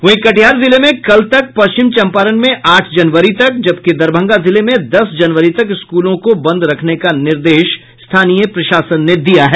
वहीं कटिहार जिले में कल तक पश्चिम चम्पारण में आठ जनवरी तक जबकि दरभंगा जिले में दस जनवरी तक स्कूलों को बंद रखने का निर्देश स्थानीय प्रशासन ने दिया है